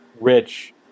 Rich